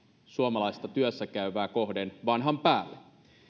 suomalaista työssä käyvää kohden vanhan päälle